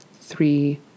three